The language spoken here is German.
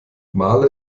malé